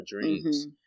dreams